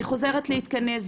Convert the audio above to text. היא חוזרת להתכנס,